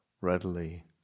readily